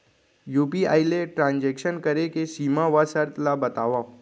UPI ले transaction करे के सीमा व शर्त ला बतावव?